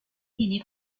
tiene